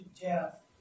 death